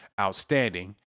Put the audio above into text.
outstanding